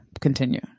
continue